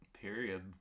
Period